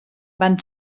van